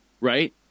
right